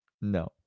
no